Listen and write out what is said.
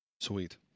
Sweet